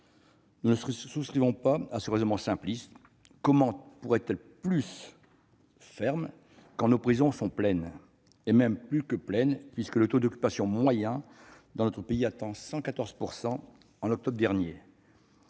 Nous ne souscrivons pas à ce raisonnement simpliste. Comment la justice pourrait-elle être plus ferme quand nos prisons sont pleines, et même plus que pleines, puisque le taux d'occupation moyen dans notre pays était de 114 % en octobre dernier